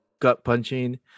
gut-punching